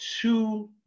two